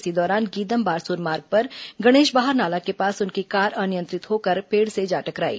इसी दौरान गीदम बारसूर मार्ग पर गणेशबहार नाला के पास उनकी कार अनियंत्रित होकर पेड़ से जा टकराई